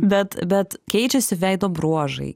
bet bet keičiasi veido bruožai